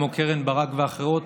כמו קרן ברק ואחרות,